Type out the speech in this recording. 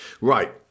Right